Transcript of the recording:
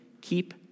keep